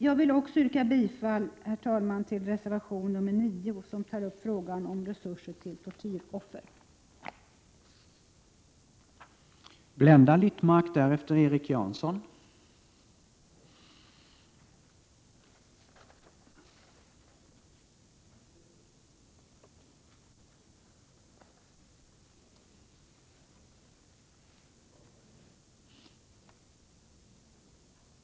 Jag vill också yrka bifall till reservation nr 9, där frågan om resurser till tortyroffer tas upp.